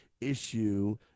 issue